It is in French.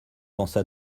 pensa